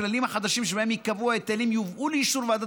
הכללים החדשים שבהם ייקבעו ההיטלים יובאו לאישור ועדת